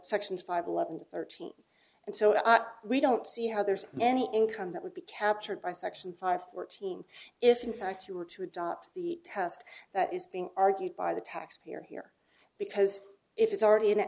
sections five eleven thirteen and so we don't see how there's any income that would be captured by section five or team if in fact you were to adopt the test that is being argued by the taxpayer here because if it's already in